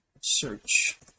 search